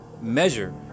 measure